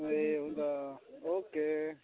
ए हुन्छ ओके